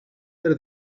per